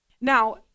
Now